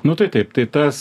nu tai taip tai tas